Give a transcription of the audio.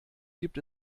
gibt